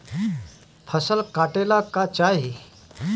फसल काटेला का चाही?